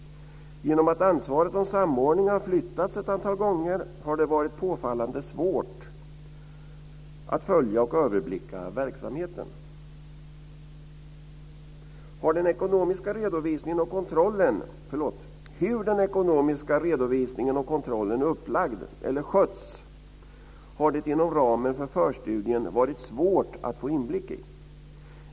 Genom att ansvaret om samordningen har flyttats ett antal gånger har det varit påfallande svårt att följa och överblicka verksamheten. Hur den ekonomiska redovisningen och kontrollen är upplagd eller skötts har det inom ramen för förstudien varit svårt att få inblick i.